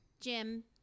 Jim